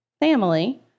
family